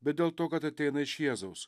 bet dėl to kad ateina iš jėzaus